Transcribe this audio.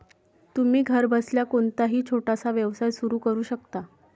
तुम्ही घरबसल्या कोणताही छोटासा व्यवसाय सुरू करू शकता